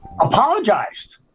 apologized